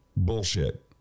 Bullshit